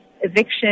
Eviction